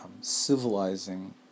civilizing